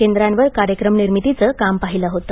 केंद्रावर कार्यक्रम निर्मितीचं काम पाहिलं होतं